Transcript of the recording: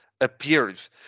appears